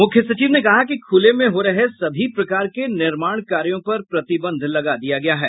मुख्य सचिव ने कहा कि खुले में हो रहे सभी प्रकार के निर्माण कार्यों पर प्रतिबंध लगा दिया गया है